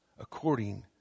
according